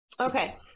Okay